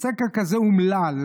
סקר כזה אומלל,